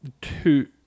Two